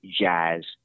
jazz